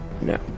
No